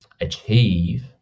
achieve